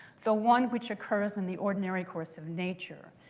so one which occurs in the ordinary course of nature.